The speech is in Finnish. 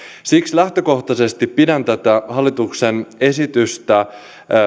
siksi lähtökohtaisesti pidän tätä hallituksen esitystä